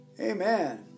Amen